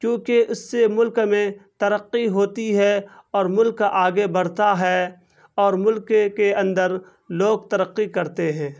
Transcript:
کیونکہ اس سے ملک میں ترقی ہوتی ہے اور ملک آگے بڑھتا ہے اور ملک کے کے اندر لوگ ترقی کرتے ہیں